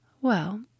Well